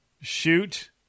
shoot